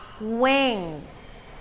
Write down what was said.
Wings